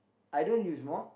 I don't use mop